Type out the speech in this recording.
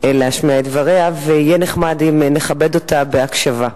להשמיע את דבריה, ויהיה נחמד אם נכבד אותה בהקשבה.